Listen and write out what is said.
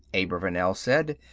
abravanel said,